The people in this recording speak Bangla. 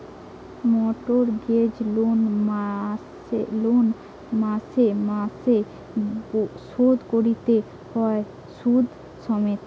মর্টগেজ লোন মাসে মাসে শোধ কোরতে হয় শুধ সমেত